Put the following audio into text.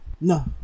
No